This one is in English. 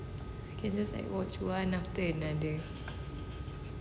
I can just like watch one after another